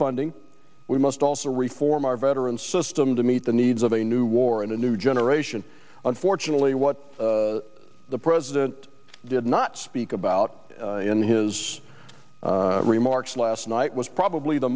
funding we must also reform our veterans system to meet the needs of a new war and a new generation unfortunately what the president did not speak about in his remarks last night was probably the